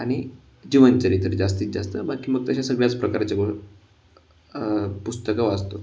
आणि जीवनचरित्र जास्तीत जास्त बाकी मग तशा सगळ्याच प्रकारच्या पुस्तकं वाचतो